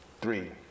Three